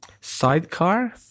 Sidecar